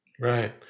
right